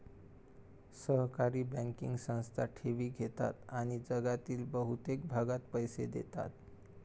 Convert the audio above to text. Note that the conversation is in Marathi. सहकारी बँकिंग संस्था ठेवी घेतात आणि जगातील बहुतेक भागात पैसे देतात